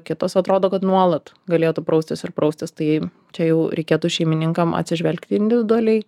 kitos atrodo kad nuolat galėtų praustis ir praustis tai čia jau reikėtų šeimininkam atsižvelgti individualiai